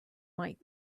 might